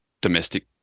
domestic